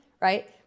right